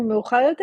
ומאוחר יותר,